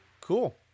Cool